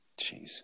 Jeez